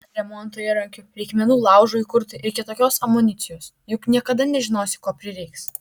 remonto įrankių reikmenų laužui įkurti ir kitokios amunicijos juk niekada nežinosi ko prireiks